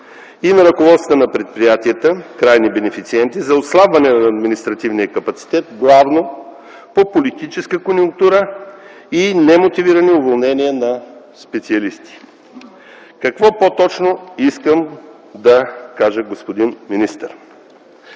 на ръководствата на предприятията – крайни бенефициенти, за отслабване на административния капацитет главно по политическа конюнктура и немотивирани уволнения на специалисти. Какво по-точно искам да кажа, господин министър?